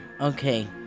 Okay